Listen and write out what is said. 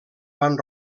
van